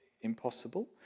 impossible